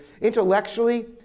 intellectually